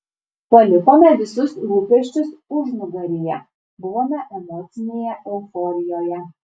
palikome visus rūpesčius užnugaryje buvome emocinėje euforijoje